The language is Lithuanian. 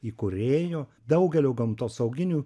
įkūrėjo daugelio gamtosauginių